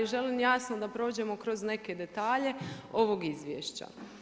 Ali želim jasno da prođemo kroz neke detalje ovog izvješća.